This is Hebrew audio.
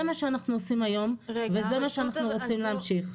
זה מה שאנחנו עושים היום וזה מה שאנחנו רוצים להמשיך.